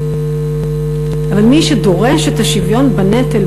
אבל מי שדורש את השוויון בנטל,